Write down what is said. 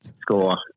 score